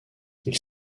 ils